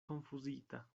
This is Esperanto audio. konfuzita